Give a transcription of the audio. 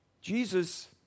Jesus